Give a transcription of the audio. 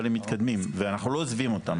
אבל הם מתקדמים ואנחנו לא עוזבים אותם,